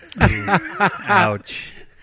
Ouch